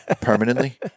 permanently